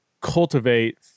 cultivate